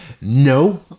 no